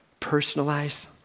Personalize